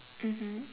mmhmm